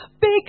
big